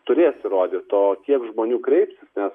turės įrodyt o kiek žmonių kreipsis nes